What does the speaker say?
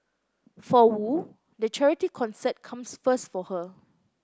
for Wu the charity concert comes first for her